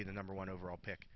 be the number one overall pick